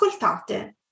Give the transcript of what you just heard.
Ascoltate